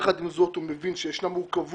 יחד עם זאת הוא מבין שישנה מורכבות